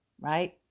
right